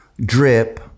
drip